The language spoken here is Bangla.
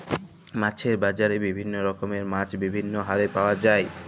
মাছের বাজারে বিভিল্য রকমের মাছ বিভিল্য হারে পাওয়া যায়